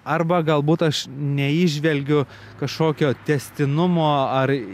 arba galbūt aš neįžvelgiu kažkokio tęstinumo ar